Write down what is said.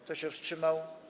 Kto się wstrzymał?